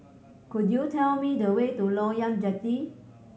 could you tell me the way to Loyang Jetty